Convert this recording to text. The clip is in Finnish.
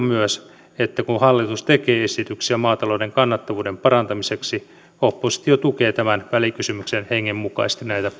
myös että kun hallitus tekee esityksiä maatalouden kannattavuuden parantamiseksi oppositio tukee tämän välikysymyksen hengen mukaisesti näitä